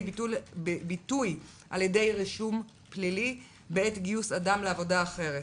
ביטוי ברישום פלילי בעת גיוס אדם לעבודה אחרת.